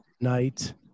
night